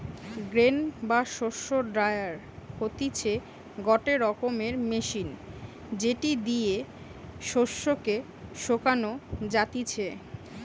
grain বা শস্য dryer হতিছে গটে রকমের মেশিন যেটি দিয়া শস্য কে শোকানো যাতিছে